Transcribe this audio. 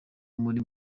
muri